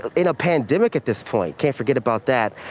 that. in a pandemic at this point can't forget about that.